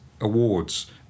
awards